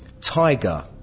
Tiger